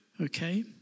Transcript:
Okay